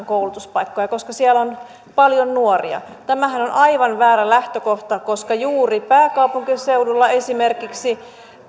koulutuspaikkoja koska siellä on paljon nuoria tämähän on aivan väärä lähtökohta koska juuri pääkaupunkiseudulla esimerkiksi